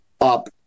up